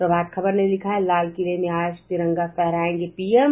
प्रभात खबर ने लिखा है लाल किले में आज तिरंगा फहरायेंगे पीएम